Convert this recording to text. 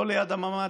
לא ליד הממ"ד,